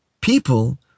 people